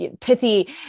pithy